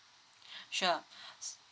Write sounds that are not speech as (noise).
(breath) sure (breath)